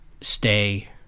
stay